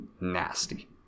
Nasty